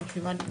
הישיבה ננעלת.